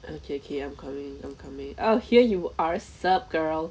okay K I'm coming out here oh here you are sup girl